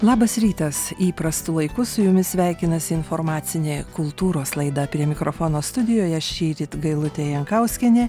labas rytas įprastu laiku su jumis sveikinasi informacinė kultūros laida prie mikrofono studijoje šįryt gailutė jankauskienė